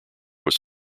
was